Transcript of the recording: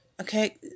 Okay